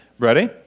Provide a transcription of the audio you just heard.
Ready